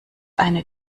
eine